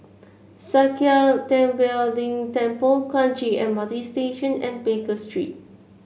Sakya Tenphel Ling Temple Kranji M R T Station and Baker Street